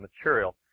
material